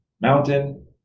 mountain